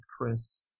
actress